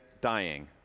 dying